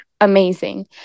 amazing